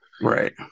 right